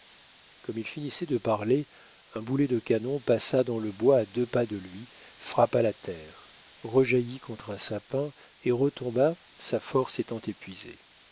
comme il finissait de parler un boulet de canon passa dans le bois à deux pas de lui frappa la terre rejaillit contre un sapin et retomba sa force étant épuisée